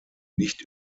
nicht